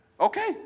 Okay